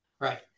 Right